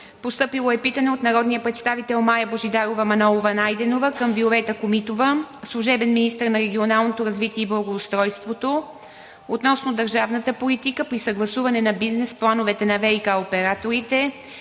от: - народния представител Мая Божидарова Манолова- Найденова към Виолета Комитова – служебен министър на регионалното развитие и благоустройството, относно държавната политика при съгласуване на бизнес плановете на ВиК операторите